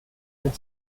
and